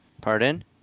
Pardon